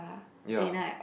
ya